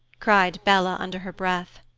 cried bella under her breath.